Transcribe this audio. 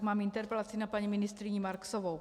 Mám interpelaci na paní ministryni Marksovou.